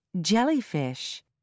Jellyfish